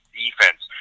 defense